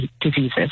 diseases